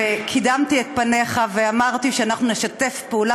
וקידמתי את פניך ואמרתי שאנחנו נשתף פעולה